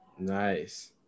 nice